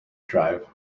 drive